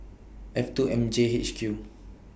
F two M J H Q